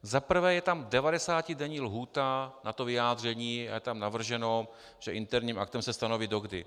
Za prvé je tam 90denní lhůta na to vyjádření, je tam navrženo, že interním aktem se stanoví do kdy.